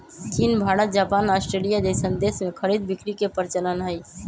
चीन Bharat Japan Australia जइसन देश में खरीद बिक्री के परचलन हई